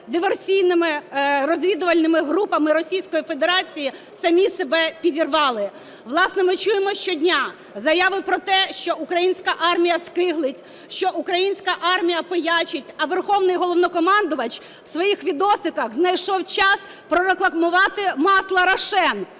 диверсійними розвідувальними групами Російської Федерації, самі себе підірвали. Власне, ми чуємо щодня заяви про те, що українська армія скиглить, що українська армія пиячить, а Верховний Головнокомандувач у своїх "відосиках" знайшов час прорекламувати масло "Рошен",